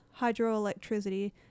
hydroelectricity